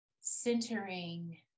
centering